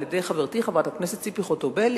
על-ידי חברתי חברת הכנסת ציפי חוטובלי,